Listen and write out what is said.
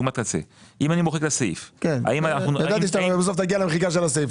אם אני מוחק את הסעיף --- ידעתי שבסוף תגיע למחיקת הסעיף.